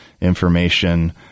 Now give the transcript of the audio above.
information